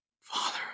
Father